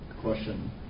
Question